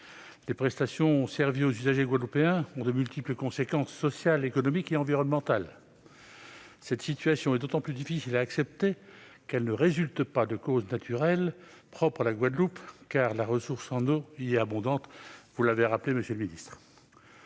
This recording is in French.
Les prestations servies aux usagers guadeloupéens ont de multiples conséquences sociales, économiques et environnementales. Cette situation est d'autant plus difficile à accepter qu'elle ne résulte pas de causes naturelles propres à la Guadeloupe, où la ressource en eau est abondante- M. le ministre